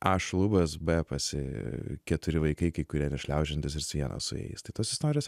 a šlubas b pas jį keturi vaikai kai kurie nešliaužiojantys ir jis vienas su jais tai tos istorijos